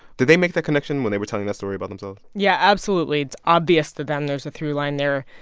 did they make that connection when they were telling that story about themselves? yeah. absolutely. it's obvious to them there's a throughline there.